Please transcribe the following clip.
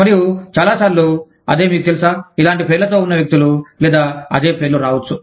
మరియు చాలా సార్లు అదే మీకు తెలుసా ఇలాంటి పేర్లతో ఉన్న వ్యక్తులు లేదా అదే పేర్లు రావచ్చు